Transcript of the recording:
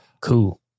Cool